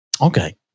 Okay